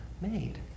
made